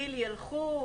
כי"ל יילכו.